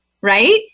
Right